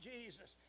Jesus